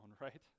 right